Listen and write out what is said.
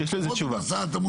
במקומות של הסעת המונים.